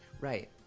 right